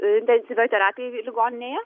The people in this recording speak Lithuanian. intensyvioj terapijoj ligoninėje